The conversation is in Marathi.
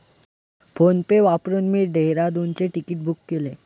फोनपे वापरून मी डेहराडूनचे तिकीट बुक केले